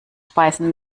speisen